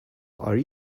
are